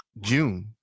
June